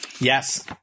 Yes